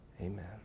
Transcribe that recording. amen